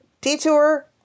detour